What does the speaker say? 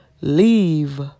leave